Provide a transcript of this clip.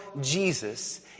Jesus